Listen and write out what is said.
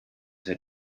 her